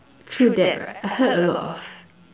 through that right I heard a lot of